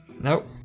Nope